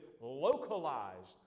localized